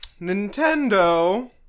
Nintendo